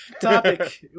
topic